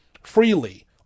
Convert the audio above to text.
freely